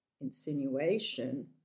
insinuation